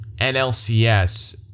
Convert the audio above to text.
NLCS